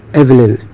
evelyn